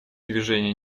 движения